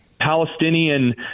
Palestinian